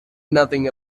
nothing